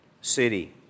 city